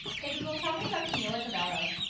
hey google, tell me about camila cabello.